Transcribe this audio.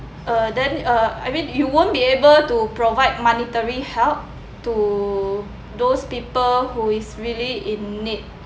uh then uh I mean you won't be able to provide monetary help to those people who is really in need